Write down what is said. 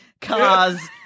cars